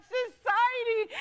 society